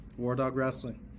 Wardogwrestling